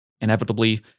inevitably